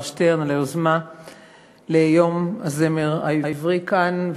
שטרן על היוזמה לציון יום הזמר העברי כאן,